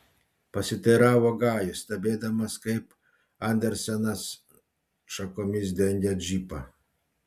pasiteiravo gajus stebėdamas kaip andersenas šakomis dengia džipą